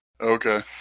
Okay